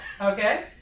Okay